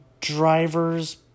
drivers